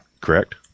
correct